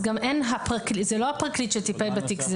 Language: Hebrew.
זה לא הפרקליט שטיפל בתיק.